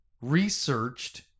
researched